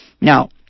Now